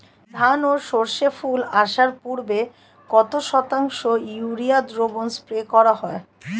ধান ও সর্ষে ফুল আসার পূর্বে কত শতাংশ ইউরিয়া দ্রবণ স্প্রে করা হয়?